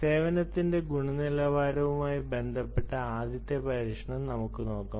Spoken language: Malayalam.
സേവനത്തിന്റെ ഗുണനിലവാരവുമായി ബന്ധപ്പെട്ട ആദ്യത്തെ പരീക്ഷണം നമുക്ക് നോക്കാം